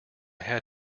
had